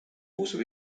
also